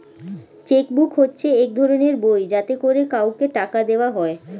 check book হচ্ছে এক ধরনের বই যাতে করে কাউকে টাকা দেওয়া হয়